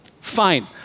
Fine